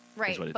Right